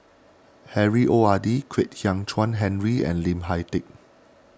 Harry Ord Kwek Hian Chuan Henry and Lim Hak Tai